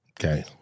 Okay